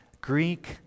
Greek